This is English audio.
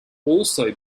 also